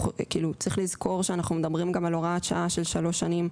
וצריך לזכור שאנחנו מדברים גם על הוראת שעה של שלוש שנים,